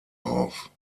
auf